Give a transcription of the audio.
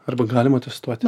arba galima testuoti